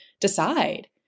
decide